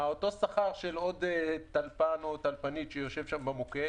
אותו שכר של עוד טלפן או טלפנית במוקד,